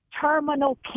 terminal